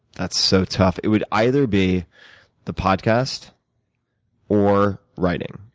that's so tough. it would either be the podcast or writing.